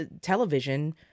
television